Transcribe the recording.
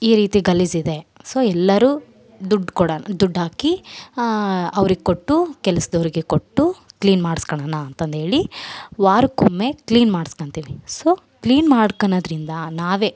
ಈ ರೀತಿ ಗಲೀಜಿದೆ ಸೊ ಎಲ್ಲರು ದುಡ್ಡು ಕೊಡೋಣ ದುಡ್ ಹಾಕಿ ಅವ್ರಿಗೆ ಕೊಟ್ಟು ಕೆಲಸ್ದವ್ರಿಗೆ ಕೊಟ್ಟು ಕ್ಲೀನ್ ಮಾಡಿಸ್ಕೊಳನ ಅಂತಂದ್ಹೇಳಿ ವಾರಕ್ಕೊಮ್ಮೆ ಕ್ಲೀನ್ ಮಾಡಿಸ್ಕೋತಿವಿ ಸೊ ಕ್ಲೀನ್ ಮಾಡ್ಕೊಳೋದ್ರಿಂದ ನಾವೇ